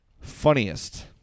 Funniest